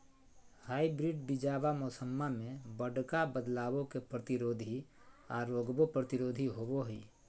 hybrid बीजावा मौसम्मा मे बडका बदलाबो के प्रतिरोधी आ रोगबो प्रतिरोधी होबो हई